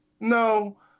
No